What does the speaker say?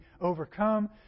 overcome